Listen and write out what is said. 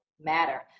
matter